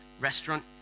restaurant